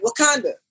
Wakanda